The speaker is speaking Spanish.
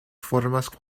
formas